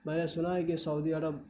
میں نے سنا ہے کہ سعودی عرب